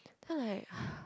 then I like